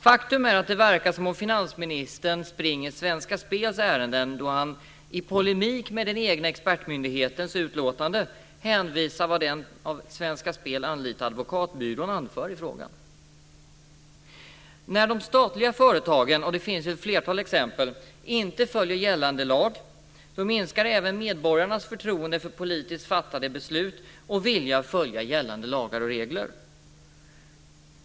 Faktum är att det verkar som att finansministern springer Svenska Spels ärenden då han i polemik med den egna expertmyndighetens utlåtande hänvisar till vad den av Svenska Spel anlitade advokatbyrån anför i frågan. När de statliga företagen, det finns det ett flertal exempel på, inte följer gällande lag minskar även medborgarnas förtroende för politiskt fattade beslut och deras vilja att följa gällande lagar och regler.